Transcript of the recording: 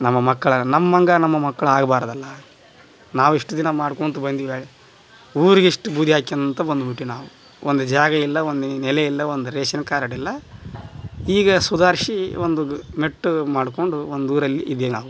ನಮ್ಮ ಮಕ್ಕಳು ನಮ್ಮಂಗೆ ನಮ್ಮ ಮಕ್ಳು ಆಗ್ಬಾರ್ದಲ್ಲ ನಾವಿಷ್ಟು ದಿನ ಮಾಡ್ಕೊಳ್ತಾ ಬಂದಿವೆ ಊರ್ಗಿಷ್ಟು ಬೂದಿ ಹಾಕ್ಯಂತ ಬಂದ್ಬಿಟ್ವಿ ನಾವು ಒಂದು ಜಾಗ ಇಲ್ಲ ಒಂದು ನೆಲೆಯಿಲ್ಲ ಒಂದು ರೇಷನ್ ಕಾರ್ಡ್ ಇಲ್ಲ ಈಗ ಸುಧಾರ್ಸಿ ಒಂದು ನೆಟ್ ಮಾಡ್ಕೊಂಡು ಒಂದು ಊರಲ್ಲಿ ಇದ್ದೇವೆ ನಾವು